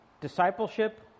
Discipleship